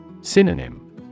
Synonym